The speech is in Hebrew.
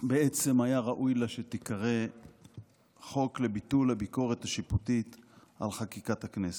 בעצם היה ראוי לה שתיקרא חוק לביטול הביקורת השיפוטית על חקיקת הכנסת,